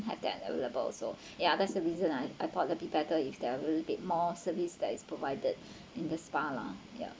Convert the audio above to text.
have that available also ya that's the reason I I thought it'll be better if there will be a little bit more service that is provided in the spa lah ya